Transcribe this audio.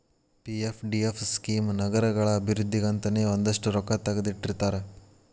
PFDF scheme ನಗರಗಳ ಅಭಿವೃದ್ಧಿಗಂತನೇ ಒಂದಷ್ಟ್ ರೊಕ್ಕಾ ತೆಗದಿಟ್ಟಿರ್ತಾರ